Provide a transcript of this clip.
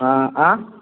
हां आं